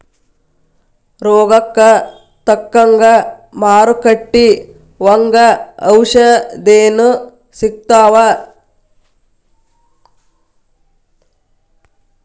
ರೋಗಕ್ಕ ತಕ್ಕಂಗ ಮಾರುಕಟ್ಟಿ ಒಂಗ ಔಷದೇನು ಸಿಗ್ತಾವ